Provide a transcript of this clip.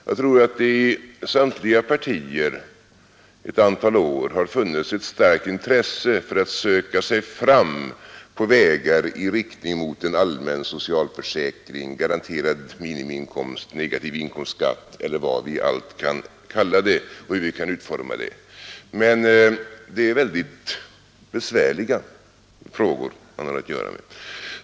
Jag tror att det i samtliga partier ett antal år har funnits ett starkt intresse för att söka sig fram på vägar i riktning mot en allmän socialförsäkring, garanterad minimiinkomst, negativ inkomstskatt eller vad vi allt kan kalla det och hur vi kan utforma det. Men det är väldigt besvärliga frågor man har att göra med.